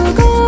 go